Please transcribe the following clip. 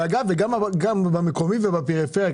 ואגב, גם לפי מקומי ובפריפריה.